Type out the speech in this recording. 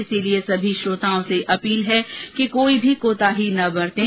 इसलिए सभी श्रोताओं से अपील है कि कोई भी कोताही न बरतें